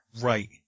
Right